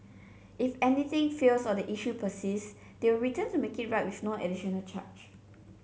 if anything fails or the issue persist they will return to make it right with no additional charge